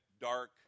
dark